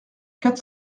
quatre